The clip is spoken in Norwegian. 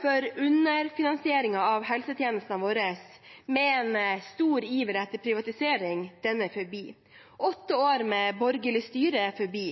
for underfinansiering av helsetjenestene våre – med en stor iver etter privatisering – er forbi. Åtte år med borgerlig styre er forbi,